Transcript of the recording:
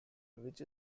which